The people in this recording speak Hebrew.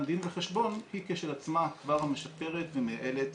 דין וחשבון היא כשלעצמה כבר משפרת ומייעלת